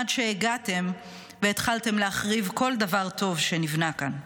עד שהגעתם והתחלתם להחריב כל דבר טוב שנבנה כאן.